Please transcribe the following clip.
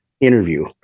interview